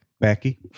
Becky